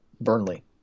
Burnley